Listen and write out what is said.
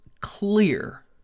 clear